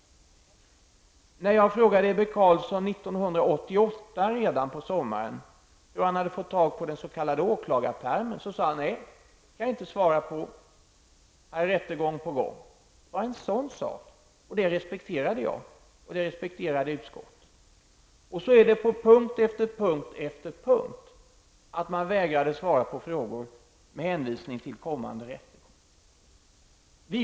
När jag frågade Ebbe Carlsson sommaren 1988 hur han hade fått tag på den s.k. åklagarpärmen, svarade han att han inte kunde svara på detta eftersom det skulle bli rättegång. Bara en sådan sak! Det respekterade jag och utskottet, men så är det på punkt efter punkt -- man vägrade svara på frågor med hänvisning till kommande rättegång.